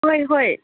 ꯍꯣꯏ ꯍꯣꯏ